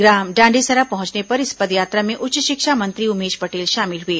ग्राम डांडेसरा पहुंचने पर इस पदयात्रा में उच्च शिक्षा मंत्री उमेश पटेल शामिल हुए